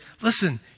listen